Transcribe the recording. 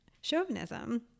chauvinism